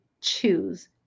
choose